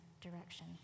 direction